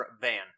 van